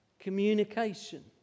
communication